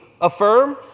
affirm